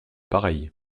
pareil